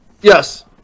Yes